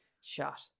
shot